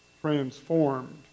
transformed